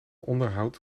onderhoud